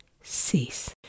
cease